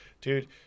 dude